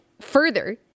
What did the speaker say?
further